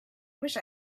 wished